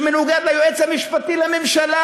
שמנוגדות לדעת היועץ המשפטי לממשלה.